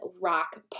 Rock